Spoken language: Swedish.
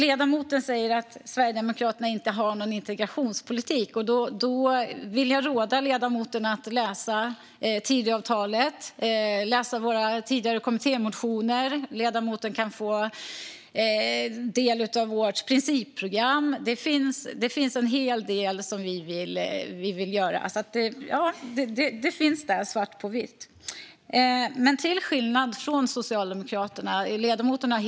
Ledamoten säger att Sverigedemokraterna inte har någon integrationspolitik. Då vill jag råda ledamoten att läsa Tidöavtalet och läsa våra tidigare kommittémotioner. Ledamoten kan ta del av vårt principprogram. Det finns en hel del som vi vill göra, och det finns där svart på vitt. Ledamoten har helt rätt i att det finns en tydlig skiljelinje.